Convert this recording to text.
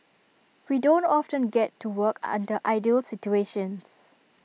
we don't often get to work under ideal situations